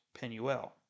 Penuel